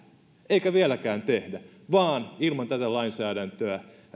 eikä vieläkään tehdä vaan ilman tätä lainsäädäntöä